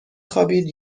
خوابید